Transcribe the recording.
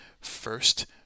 first